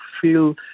feel